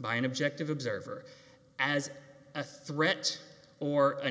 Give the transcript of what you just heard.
by an objective observer as a threat or an